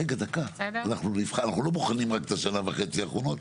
אנחנו לא בוחנים רק את השנה וחצי האחרונות,